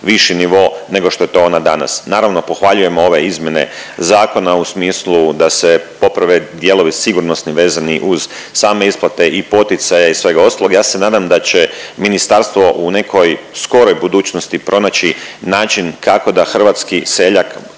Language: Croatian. viši nivo nego što je ona danas. Naravno, pohvaljujem ove izmjene zakona u smislu da se poprave dijelovi sigurnosni vezani uz same isplate i poticaje i svega ostaloga. Ja se nadam da će ministarstvo u nekoj skoroj budućnosti pronaći način kako da hrvatski seljak,